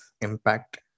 impact